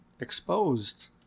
exposed